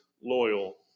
loyal